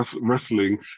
wrestling